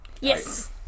Yes